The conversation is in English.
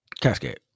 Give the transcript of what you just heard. Cascade